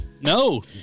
No